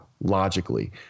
logically